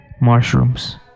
Mushrooms